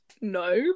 No